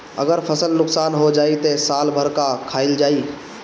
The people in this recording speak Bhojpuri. अगर फसल नुकसान हो जाई त साल भर का खाईल जाई